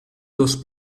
los